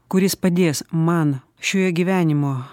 kuris padės man šioje gyvenimo